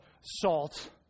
salt